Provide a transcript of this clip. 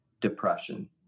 depression